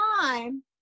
time